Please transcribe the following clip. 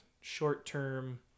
short-term